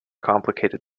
complicated